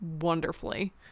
wonderfully